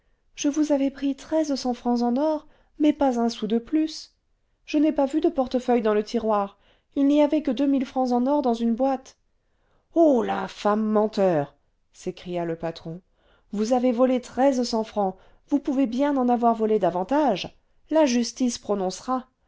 je vous avais pris treize cents francs en or mais pas un sou de plus je n'ai pas vu de portefeuille dans le tiroir il n'y avait que deux mille francs en or dans une boîte oh l'infâme menteur s'écria le patron vous avez volé treize cents francs vous pouvez bien en avoir volé davantage la justice prononcera